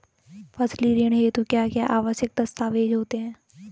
फसली ऋण हेतु क्या क्या आवश्यक दस्तावेज़ होते हैं?